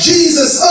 Jesus